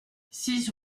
six